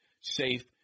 safe